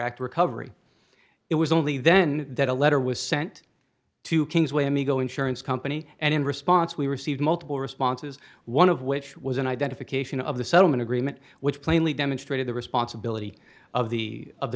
act recovery it was only then that a letter was sent to king's way amigo insurance company and in response we received multiple responses one of which was an identification of the settlement agreement which plainly demonstrated the responsibility of the of the